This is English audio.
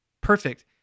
perfect